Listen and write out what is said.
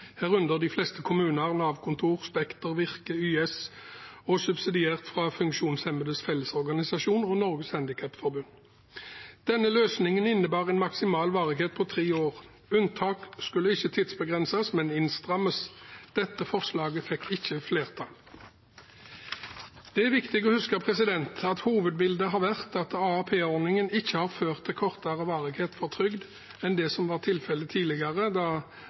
herunder de fleste kommuner, Nav-kontorer, Spekter, Virke, YS og subsidiært fra Funksjonshemmedes Fellesorganisasjon og Norges Handikapforbund. Denne løsningen innebar en maksimal varighet på tre år. Unntak skulle ikke tidsbegrenses, men innstrammes. Dette forslaget fikk ikke flertall. Det er viktig å huske at hovedbildet har vært at AAP-ordningen ikke har ført til kortere varighet for trygd enn det som var tilfellet tidligere, da